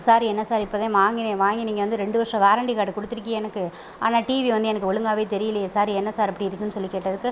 sir என்ன sir இப்போ தான் வாங்கினேன் வாங்கி நீங்கள் வந்து ரெண்டு வருஷோ வாரென்ட்டி கார்டு கொடுத்துயிருக்கிக எனக்கு ஆனால் டிவி வந்து எனக்கு ஒழுங்காவே தெரியிலேயே சார் என்ன சார் இப்படி இருக்குனு சொல்லி கேட்டதுக்கு